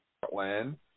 portland